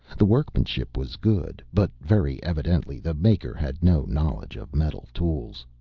the workmanship was good, but very evidently the maker had no knowledge of metal tools.